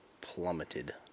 plummeted